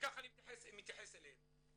וכך אני מתייחס אליהם.